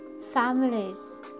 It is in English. families